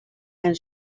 and